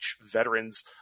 veterans